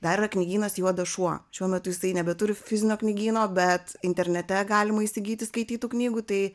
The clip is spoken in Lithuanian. dar yra knygynas juodas šuo šiuo metu jisai nebeturi fizinio knygyno bet internete galima įsigyti skaitytų knygų tai